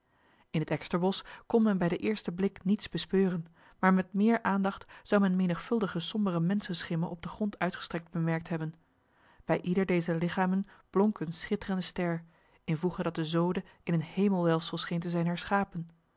in het eksterbos kon men bij de eerste blik niets bespeuren maar met meer aandacht zou men menigvuldige sombere mensenschimmen op de grond uitgestrekt bemerkt hebben bij ieder dezer lichamen blonk een schitterende ster in voege dat de zode in een hemelwelfsel scheen te zijn herschapen